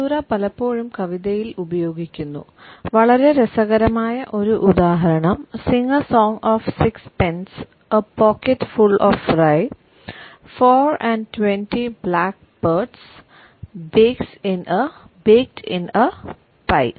caesura പലപ്പോഴും കവിതയിൽ ഉപയോഗിക്കുന്നു വളരെ രസകരമായ ഒരു ഉദാഹരണം "sing a song of sixpence a pocket full of rye four and twenty blackbirds baked in a pi